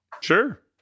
Sure